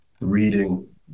reading